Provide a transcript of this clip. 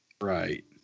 Right